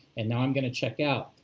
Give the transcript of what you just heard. and now i'm going to checkout.